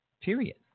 Period